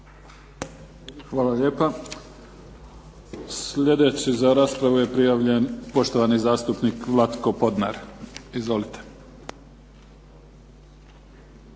Neven (SDP)** Sljedeći raspravu je prijavljen poštovani zastupnik Vlatko Podnar. Izvolite.